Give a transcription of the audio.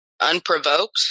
unprovoked